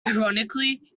ironically